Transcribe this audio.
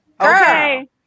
Okay